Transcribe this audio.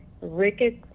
Ricketts